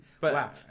wow